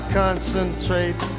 concentrate